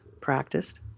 practiced